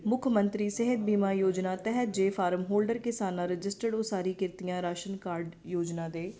ਮੁੱਖ ਮੰਤਰੀ ਸਿਹਤ ਬੀਮਾ ਯੋਜਨਾ ਤਹਿਤ ਜੇ ਫਾਰਮ ਹੋਲਡਰ ਕਿਸਾਨਾਂ ਰਜਿਸਟਰਡ ਉਸਾਰੀ ਕਿਰਤੀਆਂ ਰਾਸ਼ਨ ਕਾਰਡ ਯੋਜਨਾ ਦੇ